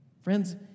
Friends